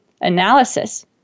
analysis